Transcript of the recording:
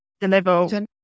deliver